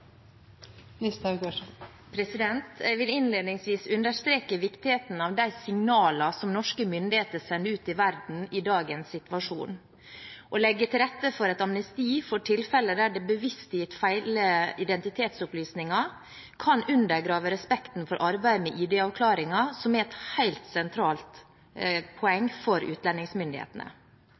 Jeg vil innledningsvis understreke viktigheten av de signalene som norske myndigheter sender ut i verden i dagens situasjon. Å legge til rette for et amnesti for tilfeller der det bevisst er gitt feil identitetsopplysninger, kan undergrave respekten for arbeidet med ID-avklaringer, som er et helt sentralt poeng for utlendingsmyndighetene.